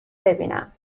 ببینم